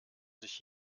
sich